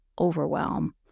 overwhelm